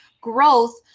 growth